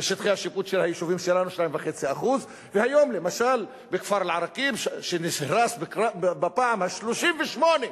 ושטחי השיפוט של היישובים שלנו 2.5%. היום למשל הכפר אל-עראקיב נהרס בפעם ה-38,